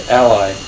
ally